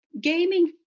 gaming